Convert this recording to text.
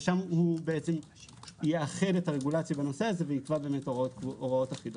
ושם הוא יאחד את הרגולציה בנושא הזה ויקבע הוראות אחידות.